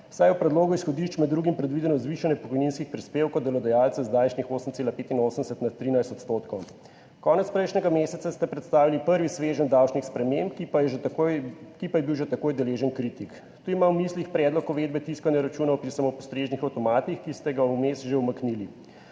saj je v predlogu izhodišč med drugim predvideno zvišanje pokojninskih prispevkov delodajalca z zdajšnjih 8,85 % na 13 %. Konec prejšnjega meseca ste predstavili prvi sveženj davčnih sprememb, ki pa je bil že takoj deležen kritik. Tu imam v mislih predlog uvedbe tiskanja računov pri samopostrežnih avtomatih, ki ste ga vmes že umaknili.